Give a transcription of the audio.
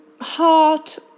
heart